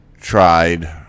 tried